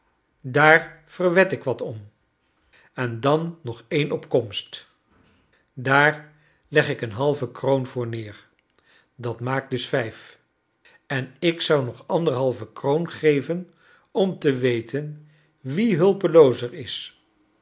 daar verwed ik wat om en dan nog een op komst daar leg ik een halve kroon voor neer dat maakt dus vijf en ik zou nog anderhalve kroon geven om te weten wie hulpeloozer is